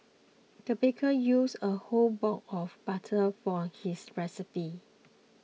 the baker used a whole block of butter for his recipe